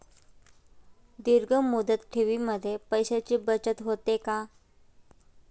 दीर्घ मुदत ठेवीमध्ये पैशांची बचत होते का?